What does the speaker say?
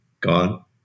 gone